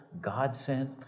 God-sent